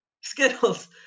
Skittles